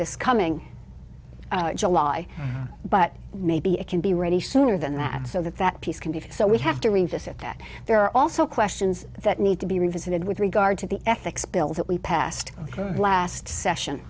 this coming july but maybe it can be ready sooner than that so that that piece can be so we have to revisit that there are also questions that need to be revisited with regard to the ethics bill that we passed last session